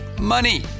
money